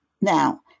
Now